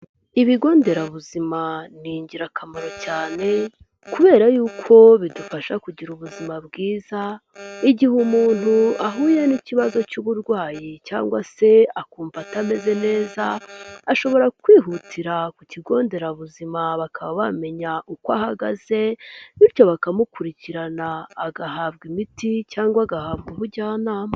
Ibigo nderabuzima ni ingirakamaro cyane, kubera yuko bidufasha kugira ubuzima bwiza, igihe umuntu ahuye n'ikibazo cy'uburwayi cyangwa se akumva atameze neza, ashobora kwihutira ku kigo nderabuzima bakaba bamenya uko ahagaze, bityo bakamukurikirana agahabwa imiti cyangwa agahabwa ubujyanama.